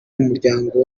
y’umuryango